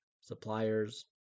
suppliers